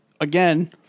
again